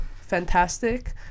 fantastic